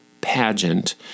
pageant